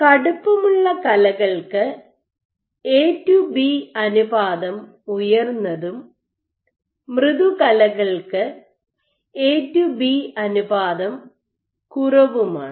കടുപ്പമുള്ള കലകൾക്ക് A to B അനുപാതം ഉയർന്നതും മൃദുകലകൾക്ക് എ ടു ബി അനുപാതം കുറവുമാണ്